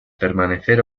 permanecer